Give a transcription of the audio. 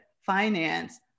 finance